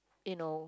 you know